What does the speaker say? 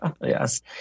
Yes